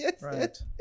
Right